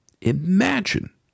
Imagine